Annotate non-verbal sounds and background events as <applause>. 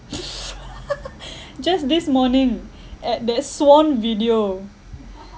<laughs> just this morning at that swan video